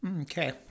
Okay